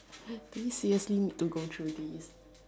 do we seriously need to go through this